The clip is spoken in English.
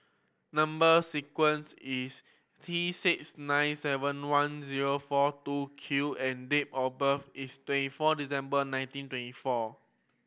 number sequence is T six nine seven one zero four two Q and date of birth is twenty four December nineteen twenty four